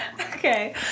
Okay